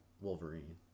Wolverine